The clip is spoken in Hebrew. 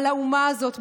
על האומה הזאת,